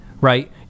right